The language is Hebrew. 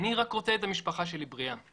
אני רק רוצה את המשפחה שלי בריאה.